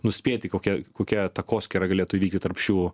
nuspėti kokia kokia takoskyra galėtų įvykti tarp šių